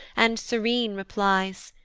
and serene replies,